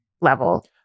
level